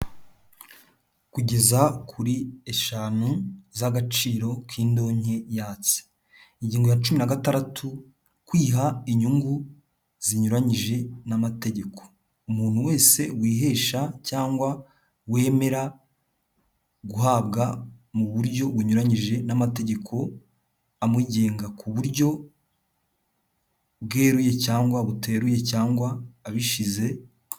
Kugeza kuri eshanu z'agaciro k'indonke yatse. Ingingo ya cumi na gatandatu, kwiha inyungu zinyuranyije n'amategeko. Umuntu wese wihesha cyangwa wemera guhabwa mu buryo bunyuranyije n'amategeko amugenga ku buryo bweruye cyangwa buteruye cyangwa abishyize.